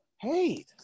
hey